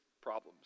problems